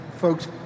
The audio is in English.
folks